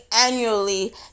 annually